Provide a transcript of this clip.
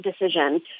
decision